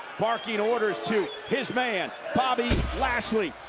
barking orders to his man bobby lashley.